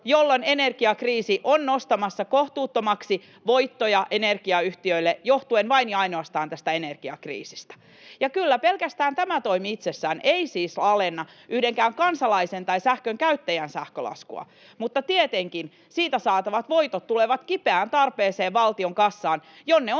jolloin energiakriisi on nostamassa kohtuuttomiksi voittoja energiayhtiöille, johtuen vain ja ainoastaan tästä energiakriisistä. Kyllä, pelkästään tämä toimi itsessään ei siis alenna yhdenkään kansalaisen tai sähkönkäyttäjän sähkölaskua, mutta tietenkin siitä saatavat voitot tulevat kipeään tarpeeseen valtionkassaan, jonne on